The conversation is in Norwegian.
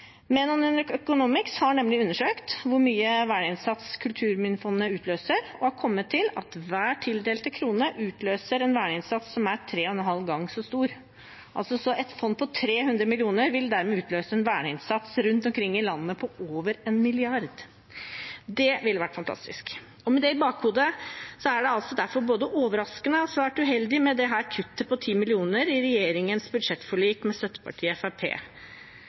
Menon Economics har nemlig undersøkt hvor mye verneinnsats Kulturminnefondet utløser, og har kommet til at hver tildelte krone utløser en verneinnsats som er 3,5 ganger så stor. Et fond på 300 mill. kr vil dermed utløse en verneinnsats rundt omkring i landet på over 1 mrd. kr. Det ville vært fantastisk. Med det i bakhodet er det altså derfor både overraskende og svært uheldig med dette kuttet på 10 mill. kr i regjeringens budsjettforlik med støttepartiet